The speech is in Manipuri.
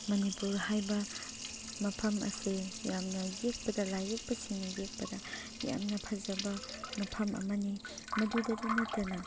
ꯃꯅꯤꯄꯨꯔ ꯍꯥꯏꯕ ꯃꯐꯝ ꯑꯁꯦ ꯌꯥꯝꯅ ꯌꯦꯛꯄꯗ ꯂꯥꯏ ꯌꯦꯛꯄꯁꯤꯡꯅ ꯌꯦꯛꯄꯗ ꯌꯥꯝꯅ ꯐꯖꯕ ꯃꯐꯝ ꯑꯃꯅꯤ ꯃꯗꯨꯗꯇ ꯅꯠꯇꯅ